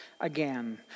again